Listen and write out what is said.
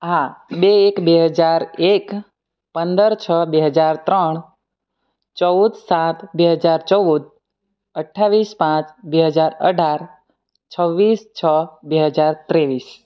હા બે એક બે હજાર એક પંદર છ બે હજાર ત્રણ ચૌદ સાત બે હજાર ચૌદ અઠ્ઠાવીસ પાંચ બે હજાર અઢાર છવ્વીસ છ બે હજાર ત્રેવીસ